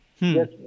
Yes